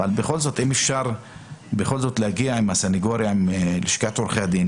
אבל אם בכל זאת אפשר להגיע למשהו עם הסניגוריה ועם לשכת עורכי הדין,